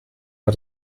war